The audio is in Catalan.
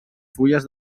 fulles